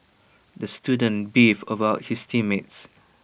the student beefed about his team mates